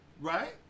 right